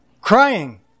crying